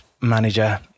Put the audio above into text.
manager